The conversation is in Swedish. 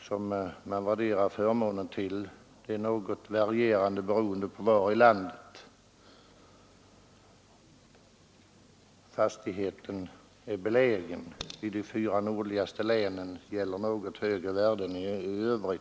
Det varierar något beroende på var i landet fastigheten är belägen. I de fyra nordligaste länen gäller något högre värden än i landet i övrigt.